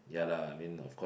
ya lah mean of course